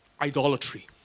idolatry